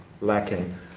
lacking